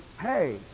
Hey